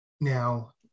Now